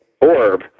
orb